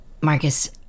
marcus